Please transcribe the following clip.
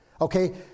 Okay